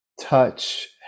touch